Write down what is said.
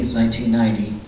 1990